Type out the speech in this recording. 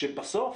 כשבסוף